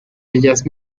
ellas